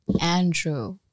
Andrew